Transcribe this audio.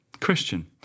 Christian